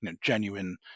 genuine